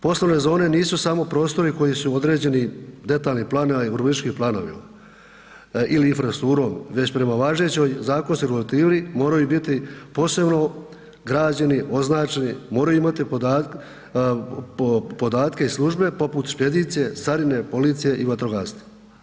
Poslovne zone nisu samo prostori koji su određeni detaljni planovi, urbanistički planovi ili infrastrukturom već prema važećoj zakonskoj regulativi moraju biti posebno građeni, označeni, moraju imati podatke i službe poput špedicije, carine, policije i vatrogastva.